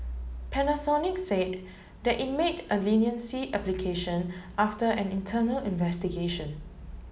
Panasonic said that it made a leniency application after an internal investigation